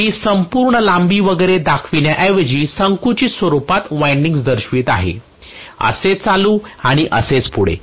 मी संपूर्ण लांबी वगैरे दाखवण्याऐवजी संकुचित स्वरूपात वायंडिंग्स दर्शवित आहे असेच चालू आणि असेच पुढे